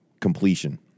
completion